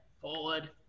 forward